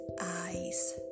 eyes